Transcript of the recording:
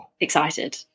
excited